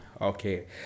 Okay